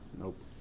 Nope